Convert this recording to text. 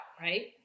right